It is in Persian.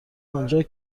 آنجا